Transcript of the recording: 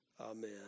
Amen